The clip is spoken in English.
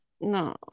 No